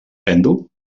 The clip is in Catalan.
pèndol